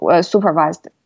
supervised